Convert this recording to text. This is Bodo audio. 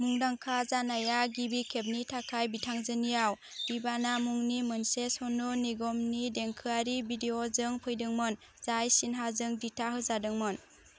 मुंदांखा जानाया गिबि खेबनि थाखाय बिथांजोनियाव दीवाना मुंनि मोनसे सनु निगमनि देंखोआरि भिडिय'जों फैदोंमोन जाय सिन्हाजों दिथा होजादोंमोन